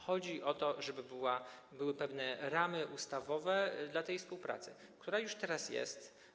Chodzi o to, żeby były pewne ramy ustawowe dla tej współpracy, która już teraz jest.